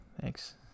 Thanks